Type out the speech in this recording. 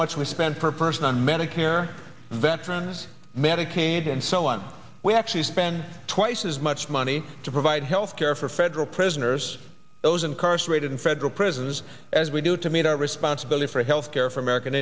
much we spend per person on medicare veterans medicaid and so on we actually spend twice as much money to provide health care for federal prisoners those incarcerated in federal prisons as we do to meet our responsibility for health care for american